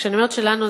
וכשאני אומרת "שלנו",